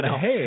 hey